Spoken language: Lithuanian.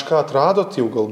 ką atradot jau gal